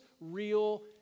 real